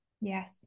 Yes